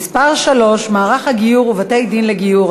(מס' 3) (מערך הגיור ובתי-דין לגיור),